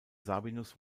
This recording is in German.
sabinus